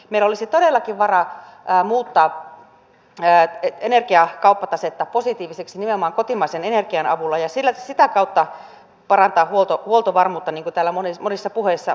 meillä olisi todellakin varaa muuttaa energiakauppatasetta positiiviseksi nimenomaan kotimaisen energian avulla ja sitä kautta parantaa huoltovarmuutta niin kuin täällä monissa puheissa on todettu